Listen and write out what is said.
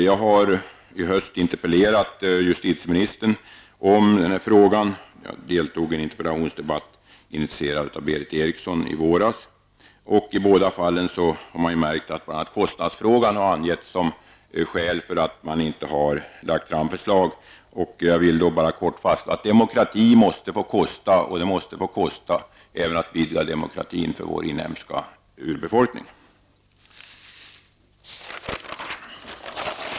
Jag har i höst ställt en interpellation till justitieministern om denna fråga, och jag deltog i en interpellationsdebatt initierad av Berith Eriksson i våras. I båda fallen angavs kostnadsfrågan som skäl för att förslag inte har lagts fram. Jag vill då kort slå fast att demokrati måste få kosta, och det måste få kosta även att vidga demokratin för vår inhemska urbefolkning.